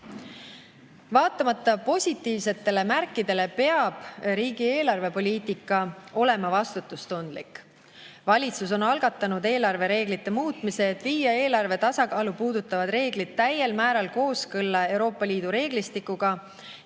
Vaatamata positiivsetele märkidele peab riigi eelarvepoliitika olema vastutustundlik. Valitsus on algatanud eelarvereeglite muutmise, et viia eelarve tasakaalu puudutavad reeglid täiel määral kooskõlla Euroopa Liidu reeglistikuga